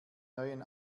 neuen